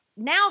Now